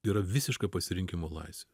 yra visiška pasirinkimo laisvė